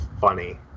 funny